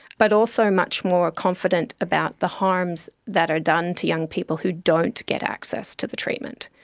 but also much more confident about the harms that are done to young people who don't get access to the treatment.